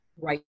right